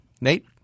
Nate